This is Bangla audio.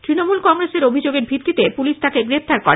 তৃণমূল কংগ্রেসের অভিযোগের ভিত্তিতে পুলিশ তাকে গ্রেপ্তার করে